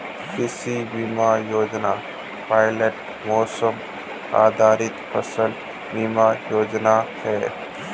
कृषि बीमा योजना पायलट मौसम आधारित फसल बीमा योजना है